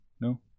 No